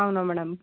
అవునా మ్యాడమ్